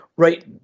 Right